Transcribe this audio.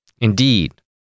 Indeed